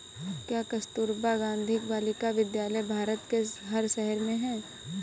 क्या कस्तूरबा गांधी बालिका विद्यालय भारत के हर शहर में है?